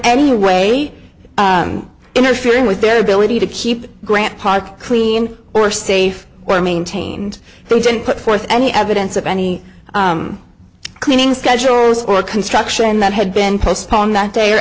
any way interfering with their ability to keep grant park clean or safe or maintained they didn't put forth any evidence of any cleaning schedules or construction that had been postponed that day or